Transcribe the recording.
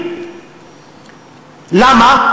למה?